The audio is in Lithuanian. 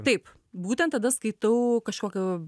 taip būtent tada skaitau kažkokio